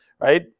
right